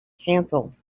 cancelled